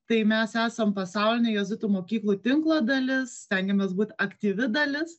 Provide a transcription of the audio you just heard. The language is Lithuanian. tai mes esam pasaulinio jėzuitų mokyklų tinklo dalis stengiamės būt aktyvi dalis